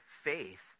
faith